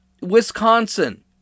Wisconsin